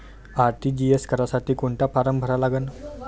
RTGS करासाठी कोंता form भरा लागन?